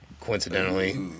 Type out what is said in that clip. coincidentally